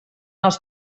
els